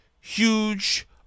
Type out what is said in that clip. huge